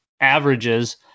averages